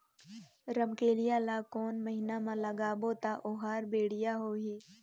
रमकेलिया ला कोन महीना मा लगाबो ता ओहार बेडिया होही?